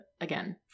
again